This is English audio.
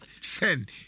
send